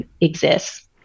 exists